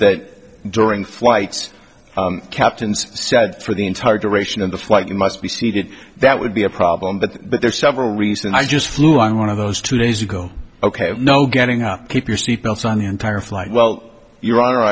that during flights captains so for the entire duration of the flight you must be seated that would be a problem but there are several reasons i just flew on one of those two days ago ok no getting up keep your seat belts on the entire flight well your honor